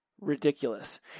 ridiculous